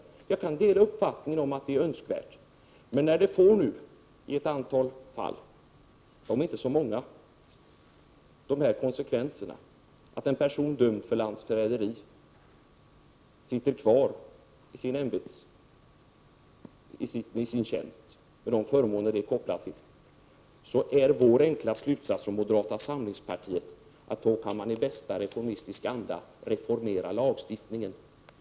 Jag kan dela uppfattningen att detta är önskvärt, men när det i ett antal fall — de är inte så många — får till konsekvens att en person som är dömd för landsförräderi sitter kvar i sin tjänst med de förmåner som är knutna till denna, blir moderata samlingspartiets enkla slutsats att man i bästa reformistisk anda kan reformera lagstiftningen.